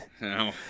No